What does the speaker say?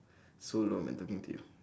so long man talking to you